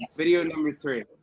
video number three.